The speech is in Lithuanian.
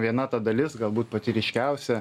viena ta dalis galbūt pati ryškiausia